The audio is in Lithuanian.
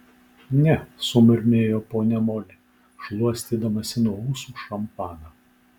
ne sumurmėjo ponia moli šluostydamasi nuo ūsų šampaną